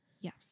Yes